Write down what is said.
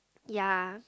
ya